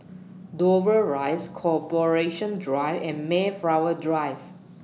Dover Rise Corporation Drive and Mayflower Drive